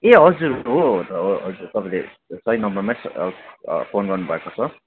ए हजुर हो हो त हो हो हजुर तपाईँले सही नम्बरमै फोन गर्नु भएको छ